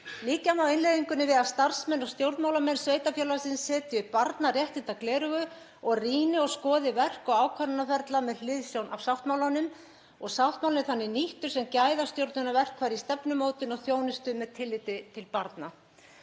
Líkja má innleiðingunni við að starfsmenn og stjórnmálamenn sveitarfélagsins setji upp barnaréttindagleraugu og rýni og skoði verk og ákvarðanaferla með hliðsjón af sáttmálanum og sáttmálinn sé þannig nýttur sem gæðastjórnunarverkfæri í stefnumótun og þjónustu með tilliti til barna.